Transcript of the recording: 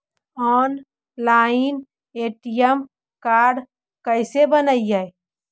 Online ATM card कैसे बनाई?